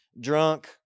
drunk